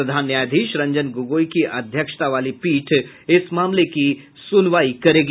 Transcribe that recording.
प्रधान न्यायाधीश रंजन गोगोई की अध्यक्षता वाली पीठ इस मामले की सुनवाई करेगी